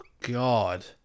God